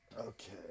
okay